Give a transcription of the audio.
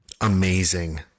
Amazing